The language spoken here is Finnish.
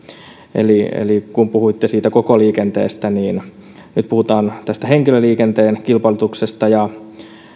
eli eli puhuitte koko liikenteestä ja nyt puhutaan henkilöliikenteen kilpailutuksesta niin